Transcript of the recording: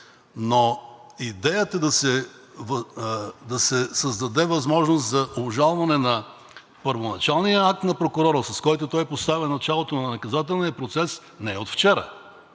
но идеята да се създаде възможност за обжалване на първоначалния акт на прокурора, с който той поставя началото на наказателния процес, не е от вчера